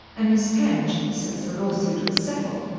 and miss penge, since the law-suit was settled,